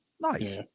Nice